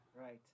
Right